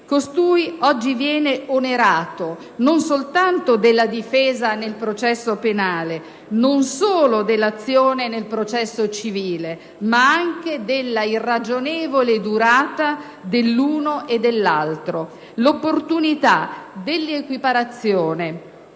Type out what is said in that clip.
costui oggi viene onerato non soltanto della difesa nel processo penale, non solo dell'azione nel processo civile, ma anche della irragionevole durata dell'uno e dell'altro. L'opportunità dell'equiparazione